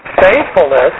Faithfulness